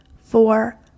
four